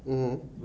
mm